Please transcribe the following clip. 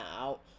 out